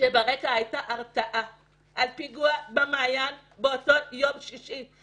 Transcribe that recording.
כשברקע הייתה התראה על פיגוע במעיין באותו יום שישי.